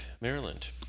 Maryland